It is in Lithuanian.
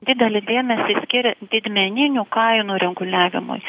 didelį dėmesį skiria didmeninių kainų reguliavimui